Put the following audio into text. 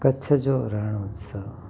कच्छ जो रण उत्सव